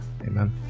Amen